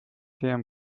atm